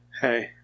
Hey